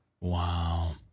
Wow